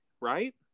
right